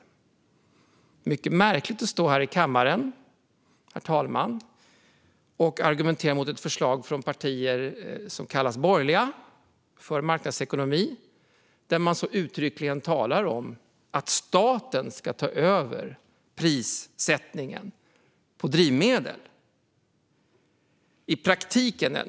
Det är mycket märkligt att stå här i kammaren och argumentera emot ett förslag från partier som kallas borgerliga och som är för marknadsekonomi, där det så uttryckligt talas om att staten ska ta över prissättningen för drivmedel.